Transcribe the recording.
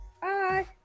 Bye